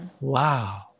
wow